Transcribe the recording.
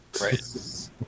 Right